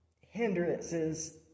hindrances